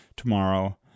tomorrow